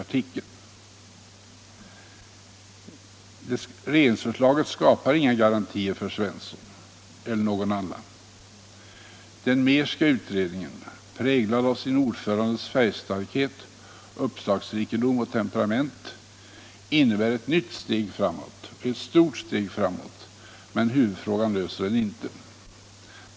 Regeringsförslaget skapar inga garantier för Svensson eller någon annan. Den Mehrska utredningen, präglad av sin ordförandes färgstarkhet, uppslagsrikedom och temperament, innebär ett nytt och stort steg framåt, men huvudfrågan löser den inte.